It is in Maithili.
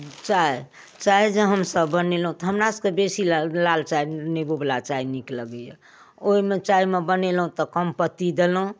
चाय चाय जे हमसब बनेलौं तऽ हमरा सबकऽ बेसी लाल चाय नेबो बला चाय नीक लगैया ओहिमे चायमे बनेलहुॅं तऽ कम पत्ती देलहुॅं